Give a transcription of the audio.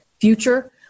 future